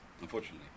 unfortunately